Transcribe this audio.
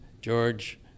George